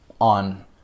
on